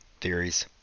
theories